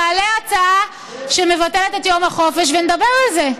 תעלה הצעה שמבטלת את יום החופש, ונדבר על זה.